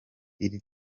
iri